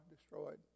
destroyed